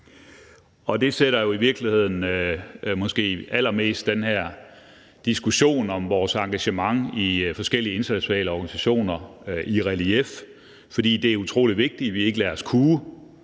Det sætter jo i virkeligheden måske allermest den her diskussion om vores engagement i forskellige internationale organisationer i relief, fordi det er utrolig vigtigt, at vi ikke lader os kue